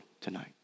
tonight